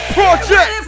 Project